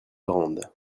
grandes